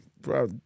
bro